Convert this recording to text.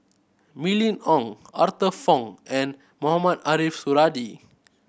Mylene Ong Arthur Fong and Mohamed Ariff Suradi